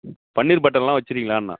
பன்னீர் பட்டரெலாம் வச்சுருக்கீங்களான்ன